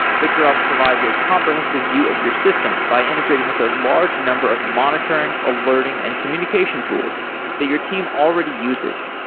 victorops provides a comprehensive view of your system by integrating with the large number of monitoring, alerting and communication tools that your team already uses.